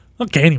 Okay